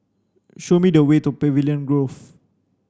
show me the way to Pavilion Grove